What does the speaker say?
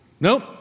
nope